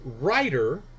writer